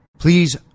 Please